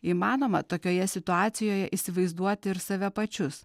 įmanoma tokioje situacijoje įsivaizduoti ir save pačius